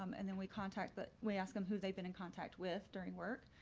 um and then we contact that we asked them who they've been in contact with during work.